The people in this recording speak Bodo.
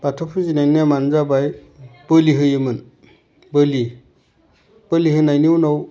बाथौ फुजिनाय नेमानो जाबाय बोलि होयोमोन बोलि बोलि होनायनि उनाव